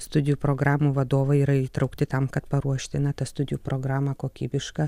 studijų programų vadovai yra įtraukti tam kad paruošti na tą studijų programą kokybišką